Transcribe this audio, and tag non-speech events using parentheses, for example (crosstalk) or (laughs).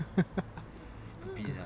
(laughs)